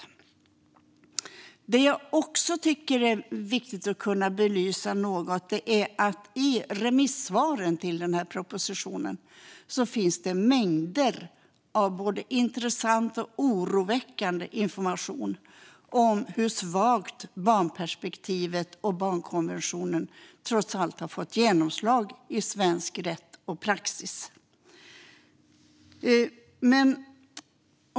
Något jag också tycker är viktigt att belysa är att det i remissvaren till propositionen finns mängder av både intressant och oroväckande information om hur svagt genomslag barnperspektivet och barnkonventionen trots allt har fått i svensk rätt och praxis.